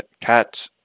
Cat